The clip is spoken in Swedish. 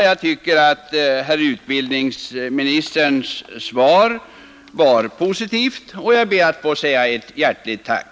Jag anser att herr utbildningsministerns svar var positivt, och jag ber att få uttala ett hjärtligt tack.